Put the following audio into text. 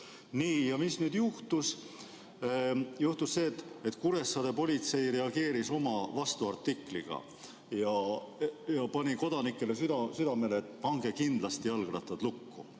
Nii, ja mis nüüd juhtus? Juhtus see, et Kuressaare politsei reageeris oma vastuartikliga ja pani kodanikele südamele, et pange kindlasti jalgrattad lukku,